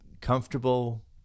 comfortable